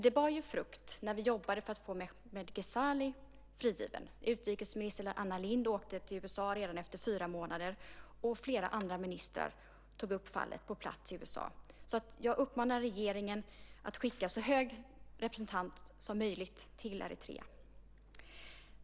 Det bar ju frukt när vi jobbade för att få Mehdi Ghezali frigiven. Utrikesminister Anna Lindh åkte till USA redan efter fyra månader. Flera andra ministrar tog upp fallet på plats i USA. Jag uppmanar regeringen att skicka en så hög representant som möjligt till Eritrea.